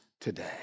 today